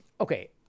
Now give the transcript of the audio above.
Okay